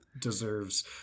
deserves